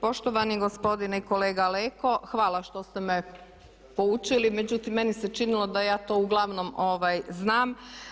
Poštovani gospodine kolega Leko, hvala što ste me poučili, međutim meni se činilo da ja to uglavnom znam.